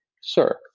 sir